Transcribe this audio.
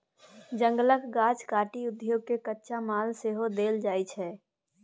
जंगलक गाछ काटि उद्योग केँ कच्चा माल सेहो देल जाइ छै